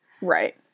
Right